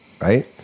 right